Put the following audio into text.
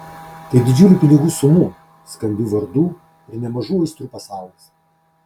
tai didžiulių pinigų sumų skambių vardų ir nemažų aistrų pasaulis